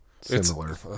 similar